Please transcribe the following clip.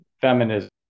feminism